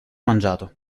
mangiato